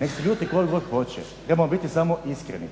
Nek' se ljuti tko god hoće, trebamo biti samo iskreni.